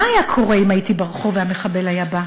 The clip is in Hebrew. מה היה קורה אם הייתי ברחוב והמחבל היה בא.